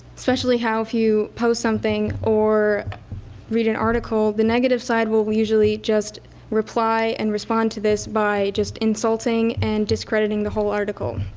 especially how if you post something, or read an article, the negative side will will usually just reply and respond to this by just insulting and discrediting the whole article.